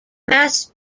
mass